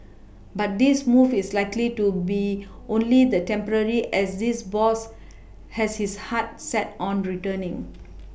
but this move is likely to be only the temporary as this boss has his heart set on returning